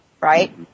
right